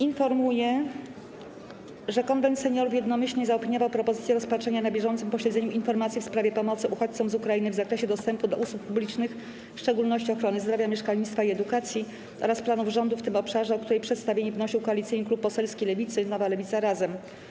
Informuję, że Konwent Seniorów jednomyślnie zaopiniował propozycję rozpatrzenia na bieżącym posiedzeniu informacji w sprawie pomocy uchodźcom z Ukrainy w zakresie dostępu do usług publicznych, w szczególności ochrony zdrowia, mieszkalnictwa i edukacji, oraz planów rządu w tym obszarze, o której przedstawienie wnosił Koalicyjny Klub Poselski Lewicy (Nowa Lewica, Razem)